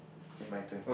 eh my turn